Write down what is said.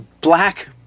Black